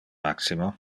maximo